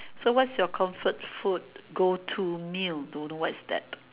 so what's your comfort food go to meal don't know what is that